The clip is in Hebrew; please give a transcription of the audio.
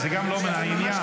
זה גם לא מן העניין.